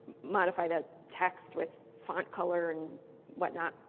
modify the text with font color and whatnot.